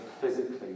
physically